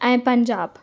ऐं पंजाब